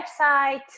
website